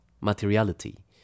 materiality